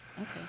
Okay